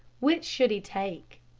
which should he take?